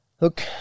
Look